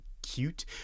cute